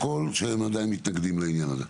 ייכתב בפרוטוקול שהם עדיין מתנגדים לעניין הזה.